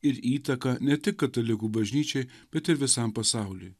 ir įtaką ne tik katalikų bažnyčiai bet ir visam pasauliui